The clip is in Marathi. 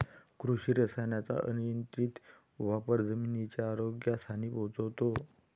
कृषी रसायनांचा अनियंत्रित वापर जमिनीच्या आरोग्यास हानी पोहोचवतो